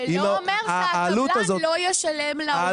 זה לא אומר שהקבלן לא ישלם לעובדת את מה שמגיע לה.